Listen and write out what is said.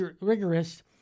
rigorous